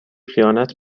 خیانت